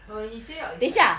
but when you say out is like